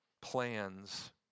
plans